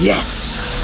yes!